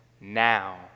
now